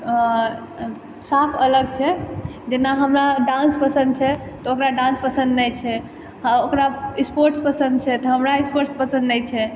साफ अलग छै जेना हमरा डान्स पसन्द छै तऽ ओकरा डान्स पसन्द नहि छै ओकरा स्पोर्ट्स पसन्द छै तऽ हमरा स्पोर्ट्स पसन्द नहि छै